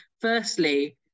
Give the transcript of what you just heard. firstly